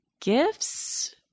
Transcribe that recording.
gifts